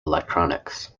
electronics